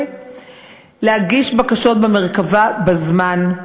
להגיש בקשות במרכב"ה בזמן,